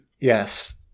Yes